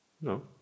No